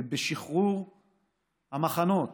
ובשחרור המחנות